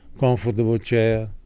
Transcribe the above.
comfortable chair,